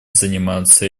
заниматься